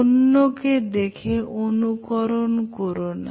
অন্যকে দেখে অনুকরণ করো না